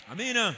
Amen